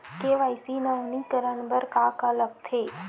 KYC नवीनीकरण बर का का लगथे?